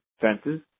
fences